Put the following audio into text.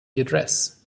address